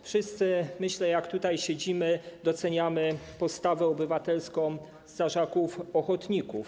Wszyscy, myślę, jak tutaj siedzimy, doceniamy postawę obywatelską strażaków ochotników.